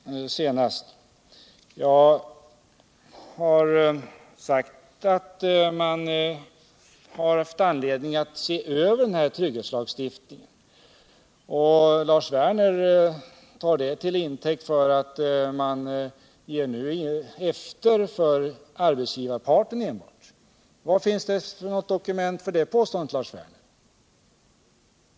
Jag har sagt att man har funnit anledning att se över trygghetstlagstiftningen. Lars Werner tog detta till intäkt för utt man nu ger efter för arbetsgivarparten. Vilka dokument finns för det påståendet. Lars Werner?